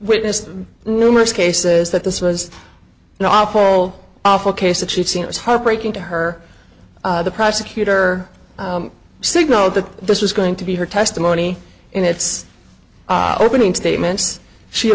witnessed numerous cases that this was an awful awful case that she'd seen it was heartbreaking to her the prosecutor signaled that this was going to be her testimony in its opening statements she